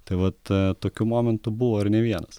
tai vat aaa tokių momentų buvo ir ne vienas